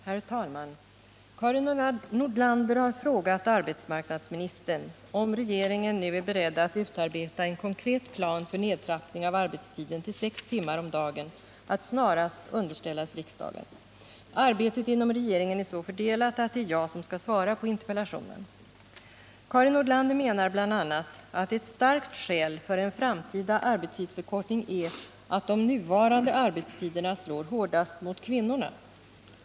Herr talman! Karin Nordlander har frågat arbetsmarknadsministern om regeringen nu är beredd att utarbeta en konkret plan för nedtrappning av arbetstiden till sex timmar om dagen att snarast underställas riksdagen. Arbetet inom regeringen är så fördelat att det är jag som skall svara på interpellationen. Karin Nordlander menar bl.a. att ett starkt skäl för en framtida arbetstidsförkortning är att de nuvarande arbetstiderna slår hårdast mot kvinnorna.